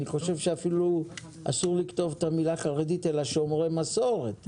אני חושב שאפילו אסור לכתוב את המילה 'חרדית' אלא 'שומרי מסורת',